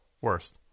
Worst